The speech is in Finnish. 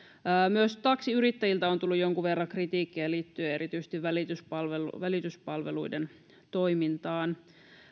myös taksiyrittäjiltä on tullut jonkun verran kritiikkiä liittyen erityisesti välityspalveluiden välityspalveluiden toimintaan